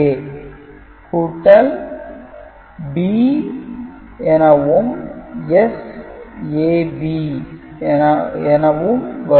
S' AND A கூட்டல் B எனவும் S AB எனவும் வரும்